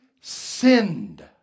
sinned